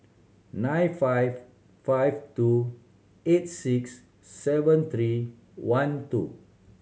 nine five five two eight six seven three one two